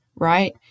Right